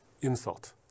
insult